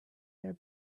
their